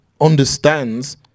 understands